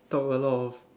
talk a lot of